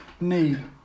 need